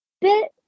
bit